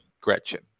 Gretchen